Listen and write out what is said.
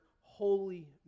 holy